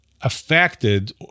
affected